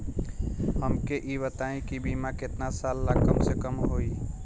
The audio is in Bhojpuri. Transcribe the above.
हमके ई बताई कि बीमा केतना साल ला कम से कम होई?